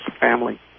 family